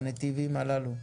בנתיבים הללו.